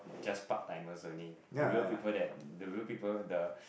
just part timers only the real people that the real people the